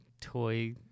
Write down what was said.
Toy